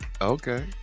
okay